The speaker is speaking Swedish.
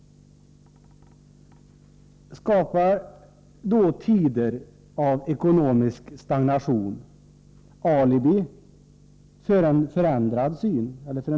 Skapar då tider av ekonomisk stagnation alibi för en ändrad syn på skolans mål?